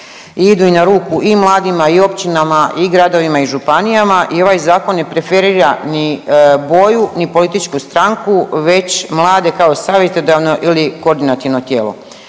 idu na ruku i mladima i općinama i gradovima i županijama i ovaj zakon ne preferira ni boju, ni političku stranku već mlade kao savjetodavno ili koordinativno tijelo.